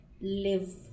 live